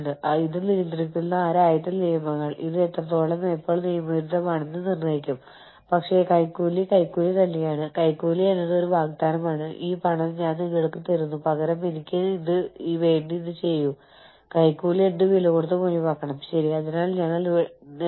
കൂടാതെ നാലാം ഘട്ടത്തിൽ ലോകത്തിന്റെ വിവിധ പ്രദേശങ്ങളിൽ നിരവധി രാജ്യങ്ങളിൽ അസംബ്ലിയും ഉൽപ്പാദന സൌകര്യവുമുള്ള ഒരു സമ്പൂർണ്ണ ബഹുരാഷ്ട്ര കോർപ്പറേഷനായി നിങ്ങൾ മാറുന്നു